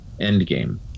Endgame